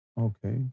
okay